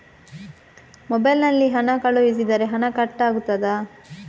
Mobile ನಲ್ಲಿ ಹಣ ಕಳುಹಿಸಿದರೆ ಹಣ ಕಟ್ ಆಗುತ್ತದಾ?